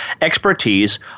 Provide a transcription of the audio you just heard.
expertise